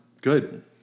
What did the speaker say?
Good